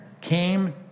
came